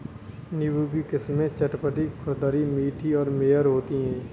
नींबू की किस्में चपटी, खुरदरी, मीठी और मेयर होती हैं